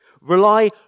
Rely